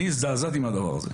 אני הזדעזעתי מהדבר הזה.